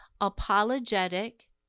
Apologetic